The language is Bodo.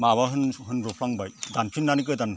माबा होनब्रफ्लांबाय दानफिननानै गोदान